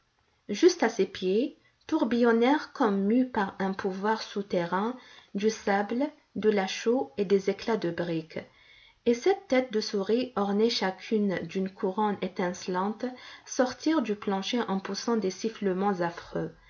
juste à ses pieds tourbillonnèrent comme mus par un pouvoir souterrain du sable de la chaux et des éclats de briques et sept têtes de souris ornées chacune d'une couronne étincelante sortirent du plancher en poussant des sifflements affreux